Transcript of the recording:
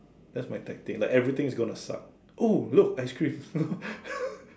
that's my tactic like everything is gonna suck oh look ice cream you know